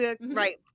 right